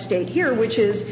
state here which is